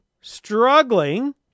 struggling